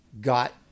got